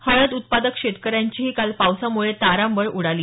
हळद उत्पादक शेतकऱ्यांचीही काल पावसामुळे तारांबळ उडाली